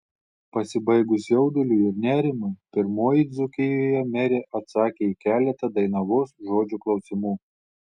pasibaigus jauduliui ir nerimui pirmoji dzūkijoje merė atsakė į keletą dainavos žodžio klausimų